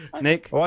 Nick